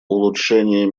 улучшение